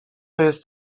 jest